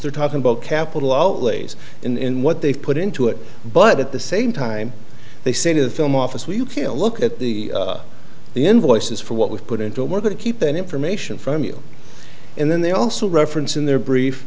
they're talking about capital outlays in what they put into it but at the same time they say the film office where you can look at the the invoices for what we've put into it more than keep that information from you and then they also reference in their brief